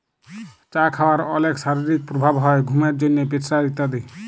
চা খাওয়ার অলেক শারীরিক প্রভাব হ্যয় ঘুমের জন্হে, প্রেসার ইত্যাদি